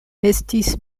estis